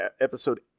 episode